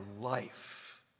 life